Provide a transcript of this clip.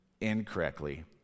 incorrectly